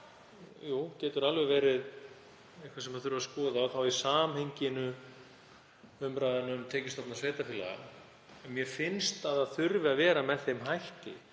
vel geta verið eitthvað sem þarf að skoða og þá í samhengi við umræðu um tekjustofna sveitarfélaga. Mér finnst þó að það þurfi að vera með þeim hætti